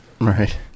Right